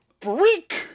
freak